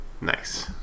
Nice